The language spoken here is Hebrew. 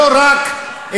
ולא רק,